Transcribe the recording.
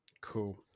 cool